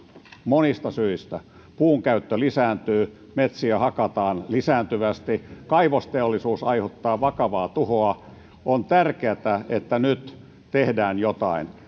monista syistä puunkäyttö lisääntyy metsiä hakataan lisääntyvästi kaivosteollisuus aiheuttaa vakavaa tuhoa on tärkeätä että nyt tehdään jotain